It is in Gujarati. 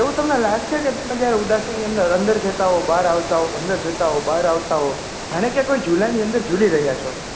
જો તમને એવુ લાગશે કે તમે ઉદાસીમાંથી અંદર જતા બહાર આવતા હોવ અંદર જતા આવતા હોવ જાણે કે કોઈ જુલાની અંદર ઝૂલી રહ્યા છો